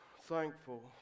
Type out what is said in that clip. thankful